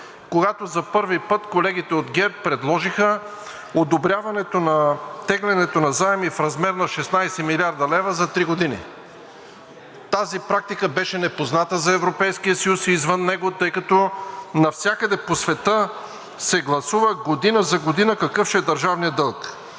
когато за първи път колегите от ГЕРБ предложиха одобряването на тегленето на заеми в размер на 16 млрд. лв. за три години. Тази практика беше непозната за Европейския съюз и извън него, тъй като навсякъде по света се гласува година за година какъв ще е държавният дълг.